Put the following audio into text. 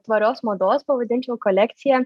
tvarios mados pavadinčiau kolekcija